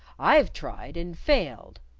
i've tried, and failed.